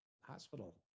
hospital